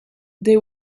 they